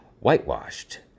whitewashed